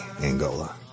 Angola